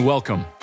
Welcome